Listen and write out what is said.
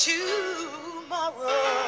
tomorrow